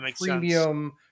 Premium